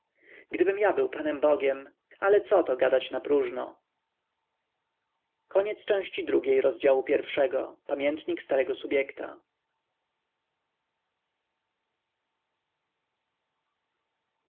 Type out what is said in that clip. gdybymto ja był panem bogiem ale coto gadać napróżno